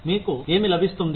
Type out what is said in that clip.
మీకు ఏమి లభిస్తుంది